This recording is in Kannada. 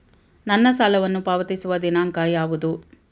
ನನ್ನ ಸಾಲವನ್ನು ಪಾವತಿಸುವ ದಿನಾಂಕ ಯಾವುದು?